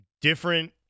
different –